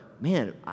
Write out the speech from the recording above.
man